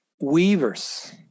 weavers